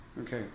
Okay